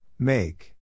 make